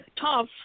tough